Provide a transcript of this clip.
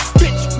bitch